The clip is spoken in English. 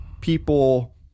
people